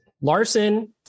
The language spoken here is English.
Larson